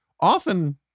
often